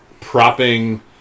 propping